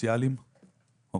זה מתחדש